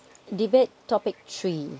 debate topic three